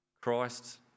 Christ